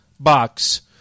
Box